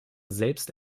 selbst